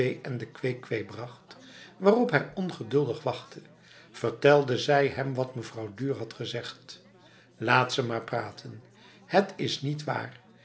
en de kwee-kwee bracht waarop hij ongeduldig wachtte vertelde zij hem wat mevrouw duhr had gezegd laat ze maar praten het is niet waar